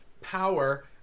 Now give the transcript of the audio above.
power